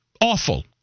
Awful